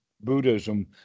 Buddhism